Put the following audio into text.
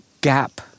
gap